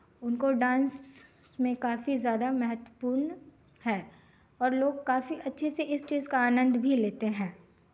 उनको डांस उसमें ज़्यादा महत्वपूर्ण है और लोग काफ़ी अच्छे से इस चीज़ का आनंद भी लेते हैं